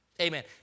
Amen